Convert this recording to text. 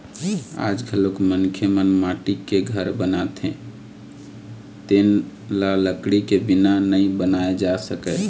आज घलोक मनखे मन माटी के घर बनाथे तेन ल लकड़ी के बिना नइ बनाए जा सकय